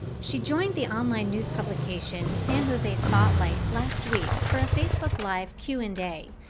she joined the online news publication, san jose spotlight, last week for a facebook live q and a.